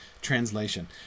translation